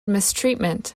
mistreatment